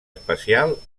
especial